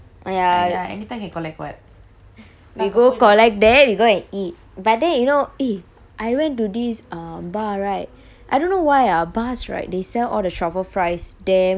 we go collect that we go and eat but then you know eh I went to this um bar right I don't know why ah bars right they sell all the truffle fries damn swee oh I know what bar stickies bar